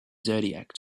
zodiac